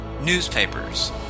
newspapers